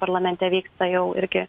parlamente vyksta jau irgi